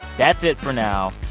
that's it for now.